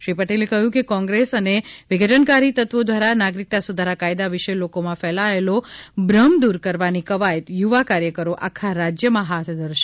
શ્રી પટેલે કહ્યું કે કોંગ્રેસ અને વિઘટનકારી તત્વો દ્વારા નાગરિકતા સુધારા કાયદા વિષે લોકોમાં ફેલાવાયેલો ભ્રમ દૂર કરવાની કવાયત યુવા કાર્યકરો આખા રાજ્યમાં હાથ ધરશે